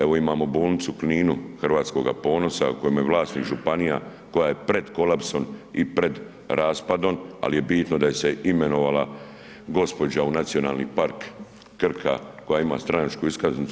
Evo imamo Bolnicu u Kninu Hrvatskoga ponosa kojima je vlasnik županija, koja je pred kolapsom i pred raspadom ali je bitno da se je imenovala gospođa u Nacionalni park Krka koja ima stranačku iskaznicu.